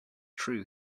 true